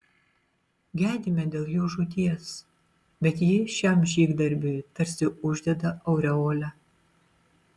gedime dėl jų žūties bet ji šiam žygdarbiui tarsi uždeda aureolę